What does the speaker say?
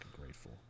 grateful